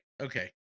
Okay